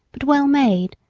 but well made,